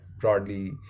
broadly